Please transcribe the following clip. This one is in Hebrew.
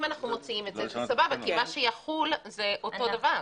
אם אנחנו מוציאים את זה זה סבבה כי מה שיחול זה אותו דבר.